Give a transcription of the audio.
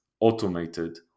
automated